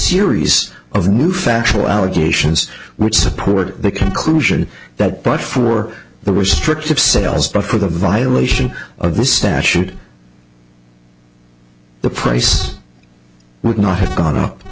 series of new factual allegations which support the conclusion that but for the restrictive sales but for the violation of this statute the price would not have gone up